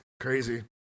crazy